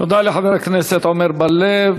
תודה לחבר הכנסת עמר בר-לב.